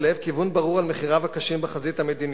לב כיוון ברור על מחיריו הקשים בחזית המדינית,